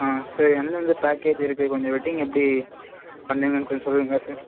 ஆ sir எந்த எந்த package இருக்குது கொஞ்சம் வெட்டிங் எப்படி பண்ணுவீங்கன்னு கொஞ்சம் சொல்லுவீங்களா சார்